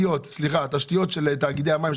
סליחה, לא ניקוז, התשתיות של תאגידי המים.